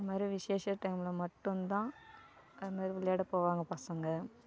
இந்த மாதிரி விசேஷம் டைம் மட்டும்தான் அந்த மாதிரி விளாட போவாங்க பசங்கள்